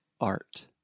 art